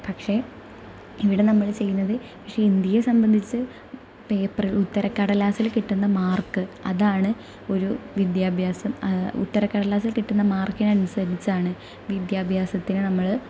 പക്ഷേ ഇവിടെ നമ്മൾ ചെയ്യുന്നത് പക്ഷേ ഇന്ത്യയെ സംബന്ധിച്ച് പേപ്പറിൽ ഉത്തരക്കടലാസിൽ കിട്ടുന്ന മാർക്ക് അതാണ് ഒരു വിദ്യാഭ്യാസം ഉത്തരക്കടലാസിൽ കിട്ടുന്ന മാർക്കിനനുസരിച്ചാണ് വിദ്യാഭ്യാസത്തിനെ നമ്മൾ